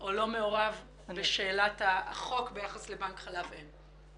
או לא מעורב בשאלת החוק ביחס לבנק חלב אם?